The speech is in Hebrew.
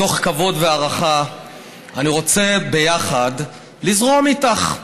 מתוך כבוד והערכה אני רוצה ביחד, לזרום איתך.